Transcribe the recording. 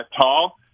tall